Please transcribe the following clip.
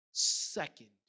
Second